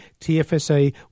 TFSA